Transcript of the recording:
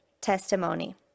testimony